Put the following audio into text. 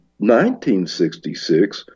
1966